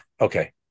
Okay